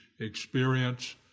experience